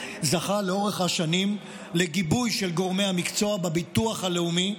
זכה לאורך השנים לגיבוי של גורמי המקצוע בביטוח הלאומי,